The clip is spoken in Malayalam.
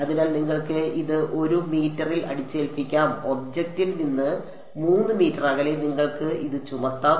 അതിനാൽ നിങ്ങൾക്ക് ഇത് 1 മീറ്ററിൽ അടിച്ചേൽപ്പിക്കാം ഒബ്ജക്റ്റിൽ നിന്ന് 3 മീറ്റർ അകലെ നിങ്ങൾക്ക് ഇത് ചുമത്താം